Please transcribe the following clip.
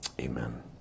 Amen